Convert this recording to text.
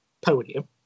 podium